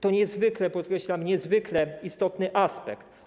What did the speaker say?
To niezwykle, podkreślam, niezwykle istotny aspekt.